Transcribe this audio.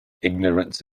ignorance